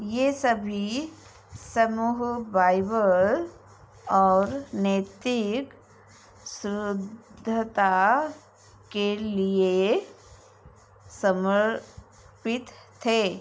यह सभी समूह बाइबल और नैतिक शुद्धता के लिए समर्पित थे